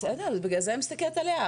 בסדר, בגלל זה אני מסתכלת עליה.